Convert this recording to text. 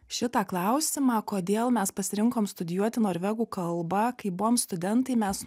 šitą klausimą kodėl mes pasirinkom studijuoti norvegų kalbą kai buvom studentai mes